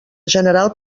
general